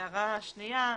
הערה שנייה.